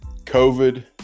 COVID